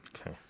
Okay